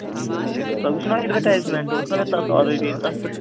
اَچھا teacher related تۄہہِ وُچھوٕ نا ایٚڈوٕٹایزمٮ۪نٛٹ اوس نا مےٚ تَتھ آلریڈی تَتھ پٮ۪ٹھ